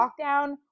lockdown